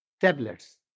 tablets